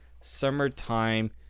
summertime